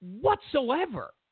whatsoever